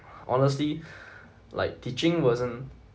honestly like teaching wasn't